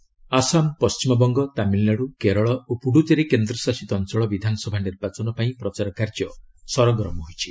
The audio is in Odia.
ଇଲେକ୍ସନ ଆସାମ ପଶ୍ଚିମବଙ୍ଗ ତାମିଲନାଡ଼ୁ କେରଳ ଓ ପୁଡ଼ୁଚେରୀ କେନ୍ଦ୍ରଶାସିତ ଅଞ୍ଚଳ ବିଧାନସଭା ନିର୍ବାଚନ ପାଇଁ ପ୍ରଚାର କାର୍ଯ୍ୟ ସରଗରମ ହୋଇଛି